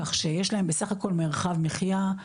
כך שיש להם בסך הכל מרחב מחייה,